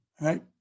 right